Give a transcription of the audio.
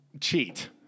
Cheat